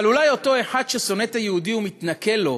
אבל אולי אותו אחד ששונא את היהודי ומתנכל לו